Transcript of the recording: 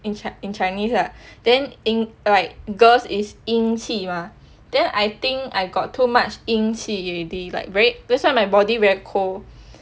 in in chinese lah then in like girls is 阴气 mah then I think I got too much 阴气 already like that's why my body very cold